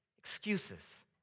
Excuses